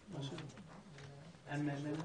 הממ"מ.